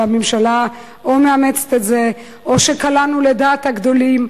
והממשלה או מאמצת את זה או שקלענו לדעת הגדולים.